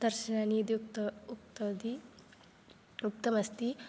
दर्शनि इति उक्तम् उक्तवती उक्तमस्ति